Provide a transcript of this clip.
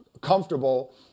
comfortable